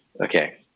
Okay